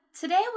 Today